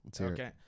Okay